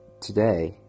today